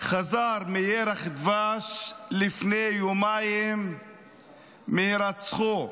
חזר מירח דבש יומיים לפני הירצחו,